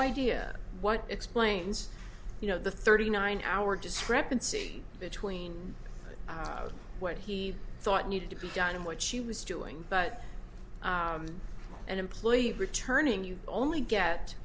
idea what explains you know the thirty nine hour discrepancy between what he thought needed to be done and what she was doing but an employee returning you only